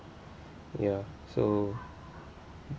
ya so